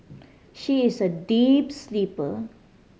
she is a deep sleeper